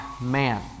man